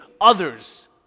others